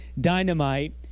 dynamite